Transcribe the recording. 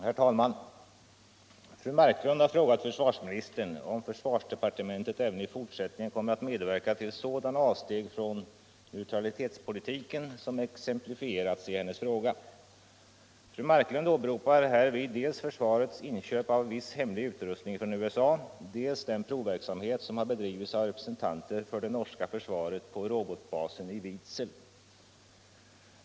Herr talman! Fru Marklund har frågat försvarsministern, om försvarsdepartementet även i fortsättningen kommer att medverka till sådana avsteg från neutralitetspolitiken som exemplifierats i hennes fråga. Fru Marklund åberopar härvid dels försvareis inköp av viss hemlig utrustning från USA, dels den provverksamhet som har bedrivits av representanter för det norska försvaret på robotbasen i Vidsel.